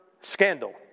scandal